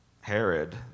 Herod